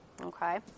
Okay